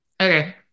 Okay